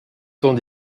temps